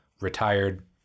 Retired